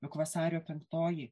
juk vasario penktoji